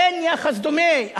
אין יחס דומה,